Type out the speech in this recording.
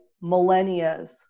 millennia's